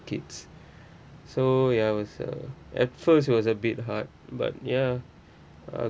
kids so ya I was uh at first it was a bit hard but ya uh